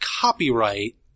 copyright